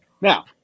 Now